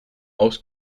aus